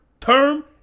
term